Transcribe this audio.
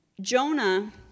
Jonah